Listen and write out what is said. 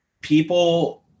People